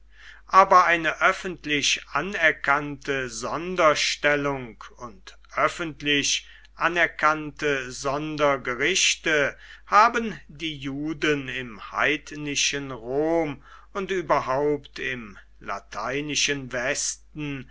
aber eine öffentlich anerkannte sonderstellung und öffentlich anerkannte sondergerichte haben die juden im heidnischen rom und überhaupt im lateinischen westen